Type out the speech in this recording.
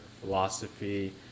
philosophy